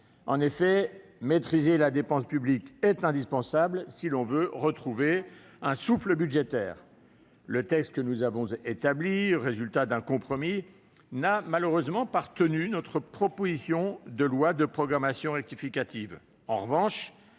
chose. Maîtriser la dépense publique est indispensable si l'on veut retrouver un second souffle budgétaire. Le texte que nous avons établi, fruit d'un compromis, n'a malheureusement pas retenu notre proposition d'une loi de programmation rectificative.